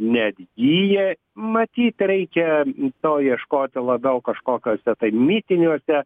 neatgyja matyt reikia to ieškoti labiau kažkokiuose mitiniuose